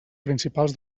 principals